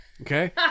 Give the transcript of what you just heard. Okay